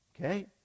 Okay